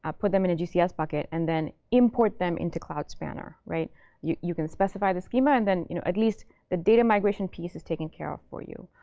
ah put them in a gcs bucket, and then import them into cloud spanner. you you can specify the schema. and then you know at least the data migration piece is taken care of for you.